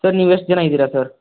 sir ನೀವೆಷ್ಟು ಜನ ಇದ್ದೀರಾ ಸರ್